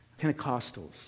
Pentecostals